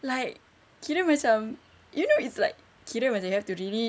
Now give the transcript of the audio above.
like kira macam you know it's like kira macam you have to really